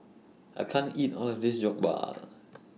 I can't eat All of This Jokbal